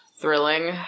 thrilling